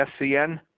SCN